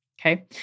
Okay